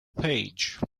page